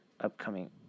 upcoming